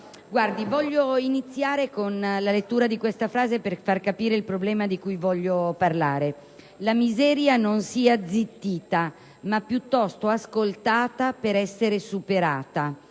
vorrei iniziare con la lettura di una frase, per far capire il problema di cui voglio parlare: «La miseria non sia zittita, ma piuttosto ascoltata per essere superata.